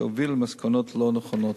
שיוביל למסקנות לא נכונות.